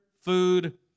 food